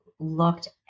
looked